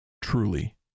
truly